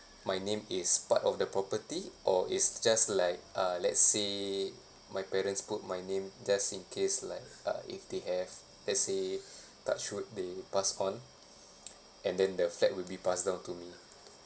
my name is part of the property or it's just like uh let's say my parents put my name just in case like uh if they have let's say touch wood they pass on and then the flat will be passed down to me ah